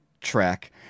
track